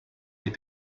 hit